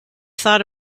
thought